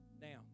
Now